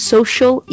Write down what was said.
Social